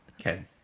Okay